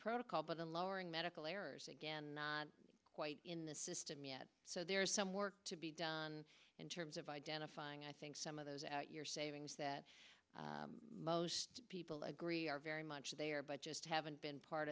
protocol but a lowering medical errors again not quite in the system yet so there is some work to be done in terms of identifying i think some of those at your savings that most people agree are very much there but just haven't been part